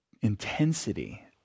intensity